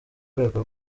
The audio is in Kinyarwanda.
rwego